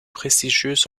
prestigieuse